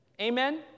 Amen